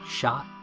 shot